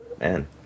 Man